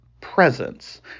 presence